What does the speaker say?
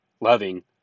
loving